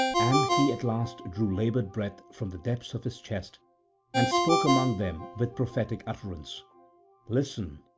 and he at last drew laboured breath from the depths of his chest and spoke among them with prophetic utterance listen,